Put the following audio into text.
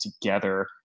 together